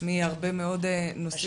מהרבה מאוד נושאים.